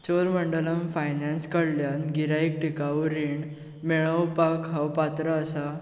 Cholamandalam finance कडल्यान गिरायक टिकाऊ रिण मेळोवपाक हांव पात्र आसां